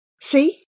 See